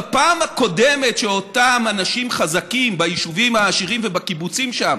בפעם הקודמת שאותם אנשים חזקים ביישובים העשירים ובקיבוצים שם